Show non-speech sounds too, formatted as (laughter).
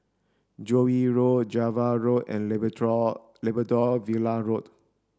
Joo Yee Road Java Road and (unintelligible) Labrador Villa Road